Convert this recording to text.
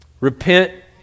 Repent